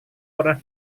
pernah